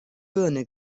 birne